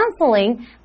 canceling